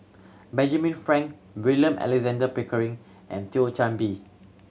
Benjamin Frank William Alexander Pickering and Thio Chan Bee